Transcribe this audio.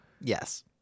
Yes